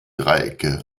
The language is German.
dreiecke